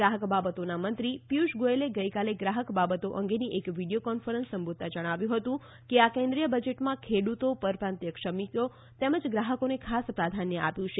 ગ્રાહક બાબતોનાં મંત્રી પિયુષ ગોયલે ગઈકાલે ગ્રાહક બાબતો અંગેની એક વિડિયો કોન્ફરન્સને સંબોધતાં જણાવ્યું હતું કે આ કેન્દ્રીય બજેટમાં ખેડૂતો પરપ્રાંતિય શ્રમિકો તેમજ ગ્રાહકોને ખાસ પ્રધાન્ય આપ્યું છે